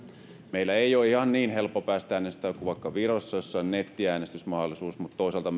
meillä ei ole ihan niin helppo päästä äänestämään kuin vaikka virossa jossa on nettiäänestysmahdollisuus mutta toisaalta